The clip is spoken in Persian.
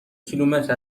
کیلومتر